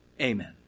Amen